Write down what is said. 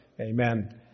Amen